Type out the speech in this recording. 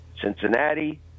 Cincinnati